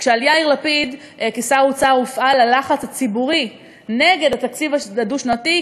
כשעל יאיר לפיד כשר אוצר הופעל הלחץ הציבורי נגד התקציב הדו-שנתי,